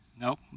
Nope